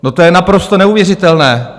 To je naprosto neuvěřitelné.